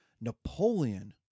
Napoleon